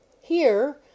Here